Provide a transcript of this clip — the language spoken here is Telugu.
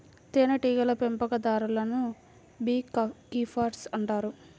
తేనెటీగల పెంపకందారులను బీ కీపర్స్ అంటారు